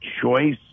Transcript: choice